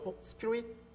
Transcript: Spirit